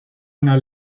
una